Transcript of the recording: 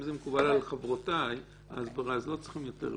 אם זה מקובל על חברותיי, אז לא צריכים יותר.